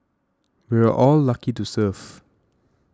we're all lucky to serve